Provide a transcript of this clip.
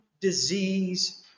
disease